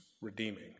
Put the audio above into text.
redeeming